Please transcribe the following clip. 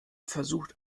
versucht